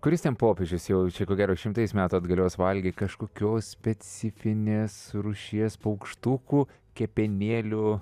kuris ten popiežius jau čia ko gero šimtais metų atgalios valgė kažkokios specifinės rūšies paukštukų kepenėlių